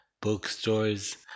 bookstores